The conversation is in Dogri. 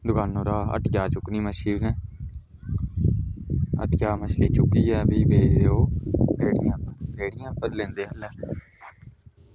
दुकानै परा हट्टिया चुक्कनी मच्छी इनें हट्टिया चुक्कियै मच्छी भी ओह् बेचदे रेह्ड़ियें उप्पर रेह्ड़ियें पर लैंदे जिसलै